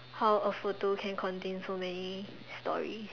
how a photo can contain so many stories